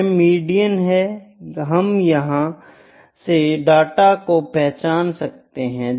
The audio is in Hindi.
यह मीडियन है हम यहां से डाटा को पहचान सकते हैं